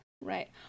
right